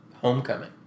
Homecoming